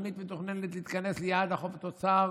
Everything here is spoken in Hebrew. התוכנית מתוכננת להתכנס ליעד החוב תוצר